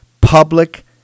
Public